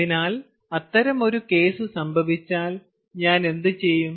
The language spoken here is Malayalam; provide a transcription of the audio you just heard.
അതിനാൽ അത്തരമൊരു കേസ് സംഭവിച്ചാൽ ഞാൻ എന്തുചെയ്യും